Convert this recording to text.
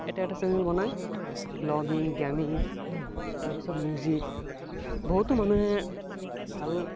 এটা এটা চেনেল বনাই লগ ইন গেমিং তাৰপিছত মিউজিক বহুতো মানুহে ভাল